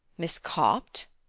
miss copt?